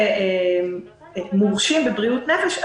מאוד מורשים בבריאות הנפש,